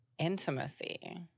intimacy